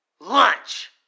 Lunch